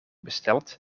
besteld